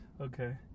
Okay